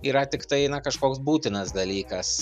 yra tiktai na kažkoks būtinas dalykas